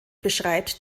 beschreibt